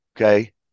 okay